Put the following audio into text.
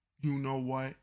you-know-what